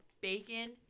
bacon